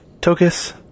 Tokus